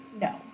no